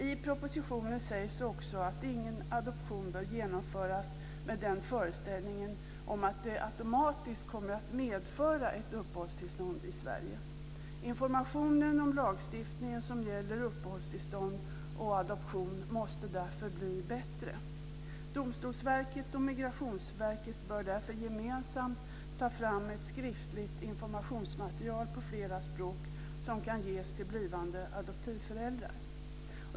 I propositionen sägs också att ingen adoption bör genomföras med den föreställningen att den automatiskt kommer att medföra ett uppehållstillstånd i Sverige. Informationen om den lagstiftning som gäller uppehållstillstånd och adoption måste därför bli bättre. Domstolsverket och Migrationsverket bör därför gemensamt ta fram ett skriftligt informationsmaterial på flera språk som kan ges till blivande adoptivföräldrar.